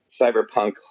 cyberpunk